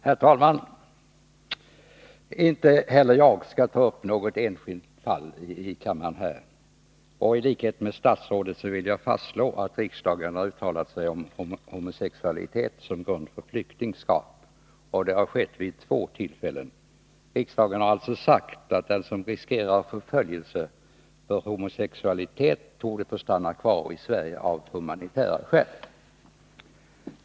Herr talman! Inte heller jag skall ta upp något enskilt fall här i kammaren. I likhet med statsrådet vill jag fastslå att riksdagen har uttalat sig om homosexualitet som grund för flyktingskap; det har skett vid två tillfällen. Riksdagen har alltså sagt att den som riskerar förföljelse för homosexualitet torde få stanna kvar i Sverige av humanitära skäl.